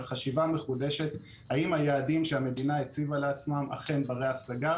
וחשיבה מחודשת אם היעדים שהמדינה הציבה לעצמה הם אכן ברי השגה,